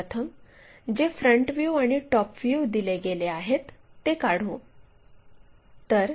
सर्व प्रथम जे फ्रंट व्ह्यू आणि टॉप व्ह्यू दिले गेले आहेत ते काढू